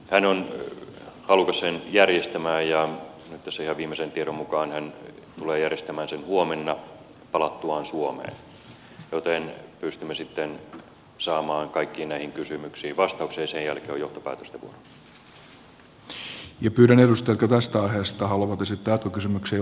hän on halukas sen järjestämään ja nyt tässä ihan viimeisen tiedon mukaan hän tulee järjestämään sen huomenna palattuaan suomeen joten pystymme sitten saamaan kaikkiin näihin kysymyksiin vastauksen ja sen jälkeen on johtopäätösten vuoro